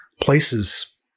places